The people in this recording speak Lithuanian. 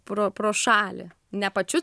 pro pro šalį ne pačiu